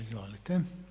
Izvolite.